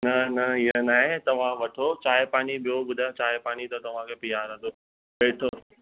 न न ईअं न आहे तव्हां वठो चांहिं पाणी ॿियो ॿुधायो चांहिं पाणी त तव्हांखे पीआरां थो हीअ वठो